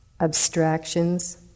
abstractions